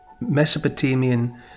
Mesopotamian